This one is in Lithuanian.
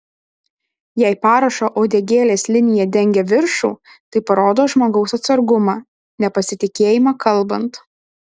jei parašo uodegėlės linija dengia viršų tai parodo žmogaus atsargumą nepasitikėjimą kalbant